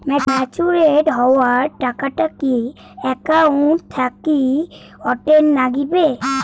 Matured হওয়া টাকাটা কি একাউন্ট থাকি অটের নাগিবে?